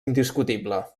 indiscutible